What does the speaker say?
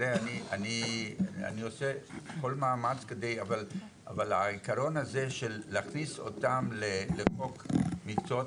אני עושה כל מאמץ אבל העיקרון של להכניס אותם לחוק מקצועות